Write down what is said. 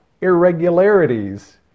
irregularities